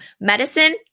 medicine